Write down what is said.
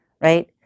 right